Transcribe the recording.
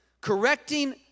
Correcting